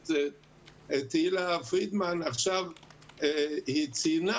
הכנסת תהלה פרידמן, עכשיו ציינה